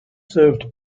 served